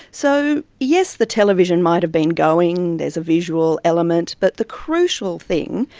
so yes, the television might have been going, there is a visual element, but the crucial thing,